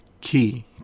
key